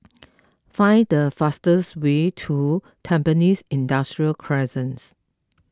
find the fastest way to Tampines Industrial Crescent